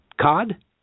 Cod